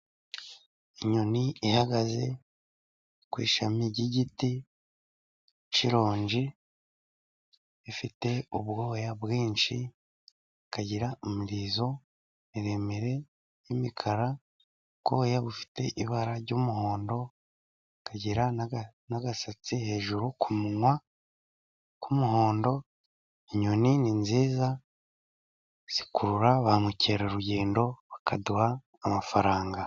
Inyoni ihagaze ku ishami ry'igiti cy'ironji, ifite ubwoya bwinshi, ikagira umurizo miremire y'imikara, ubwoya bufite ibara ry'umuhondo, ikagira n'agasatsi hejuru ku munwa k'umuhondo, inyoni ni nziza, zikurura ba mukerarugendo, bakaduha amafaranga.